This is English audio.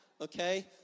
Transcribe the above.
Okay